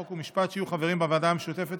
חוק ומשפט שיהיו חברים בוועדה המשותפת,